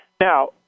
Now